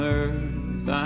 earth